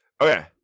Okay